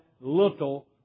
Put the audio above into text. little